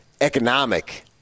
economic